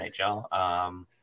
NHL